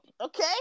Okay